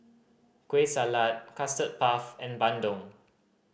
Kueh Salat Custard Puff and bandung